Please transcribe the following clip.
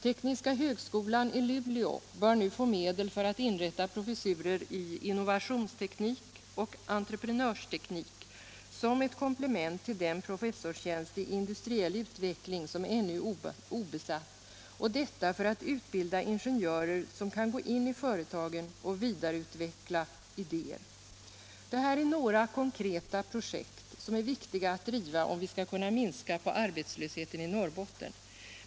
Tekniska högskolan i Luleå bör få medel för att inrätta professurer i innovationsteknik och entreprenörsteknik som ett komplement till den professorstjänst i industriell utveckling som ännu är obesatt; detta för att utbilda ingenjörer som kan gå in i företagen och vidareutveckla idéer. Det här är några konkreta projekt som är viktiga att driva, om vi skall kunna minska på arbetslösheten i Norrbotten.